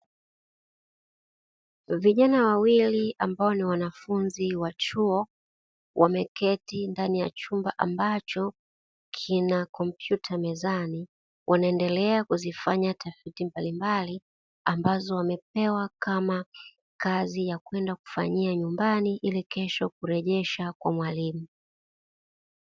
Vijana wawili ambao ni wanafunzi wa chuo wameketi ndani ya chumba ambacho kina kompyuta mezani, wanaendelea kuzifanya tafiti mbalimbali ambazo wamepewa kama kazi ya kwenda kuifanyia nyumbani ili kesho kurejesha kwa mwalimu.